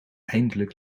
eindelijk